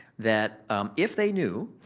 that if they knew,